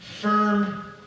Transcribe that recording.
firm